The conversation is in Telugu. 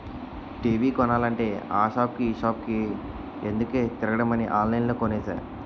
టీ.వి కొనాలంటే ఆ సాపుకి ఈ సాపుకి ఎందుకే తిరగడమని ఆన్లైన్లో కొనేసా